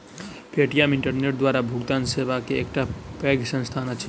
Paytm internet द्वारा भुगतान सेवा के एकटा पैघ संस्थान अछि